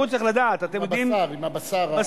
עם הבשר.